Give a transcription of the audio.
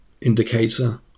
indicator